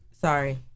Sorry